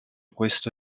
questo